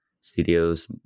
studios